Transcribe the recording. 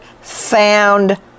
found